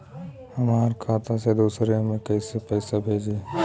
हमरा खाता से दूसरा में कैसे पैसा भेजाई?